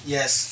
Yes